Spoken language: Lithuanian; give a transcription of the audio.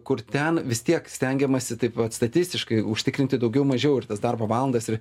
kur ten vis tiek stengiamasi taip va statistiškai užtikrinti daugiau mažiau ir tas darbo valandas ir